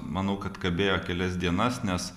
manau kad kabėjo kelias dienas nes